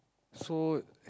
so